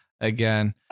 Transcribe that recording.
again